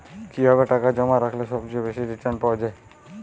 কিভাবে টাকা জমা রাখলে সবচেয়ে বেশি রির্টান পাওয়া য়ায়?